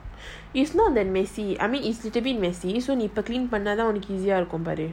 it's not that messy I mean it's a bit messy பண்ணத்தான்உனக்கு:pannathaan unaku easy ah இருக்கும்பாரு:irukum paru